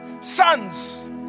Sons